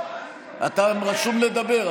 אתה רשום לדבר,